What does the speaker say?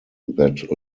that